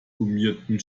gummierten